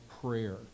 prayer